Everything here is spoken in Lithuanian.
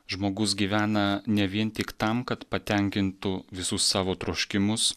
žmogus gyvena ne vien tik tam kad patenkintų visus savo troškimus